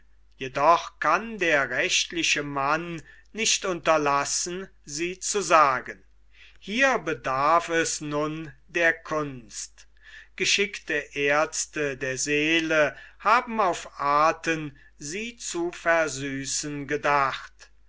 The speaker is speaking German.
jedoch kann der rechtliche mann nicht unterlassen sie zu sagen hier bedarf es nun der kunst geschickte aerzte der seele haben auf arten sie zu versüßen gedacht